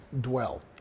dwell